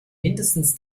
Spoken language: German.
mindestens